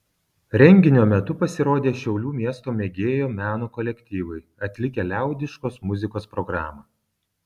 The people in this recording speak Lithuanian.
renginio metu pasirodė šiaulių miesto mėgėjų meno kolektyvai atlikę liaudiškos muzikos programą